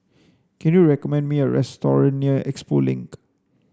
can you recommend me a near Expo Link